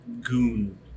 Goon